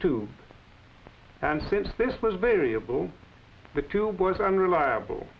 two and since this was variable the two boys unreliable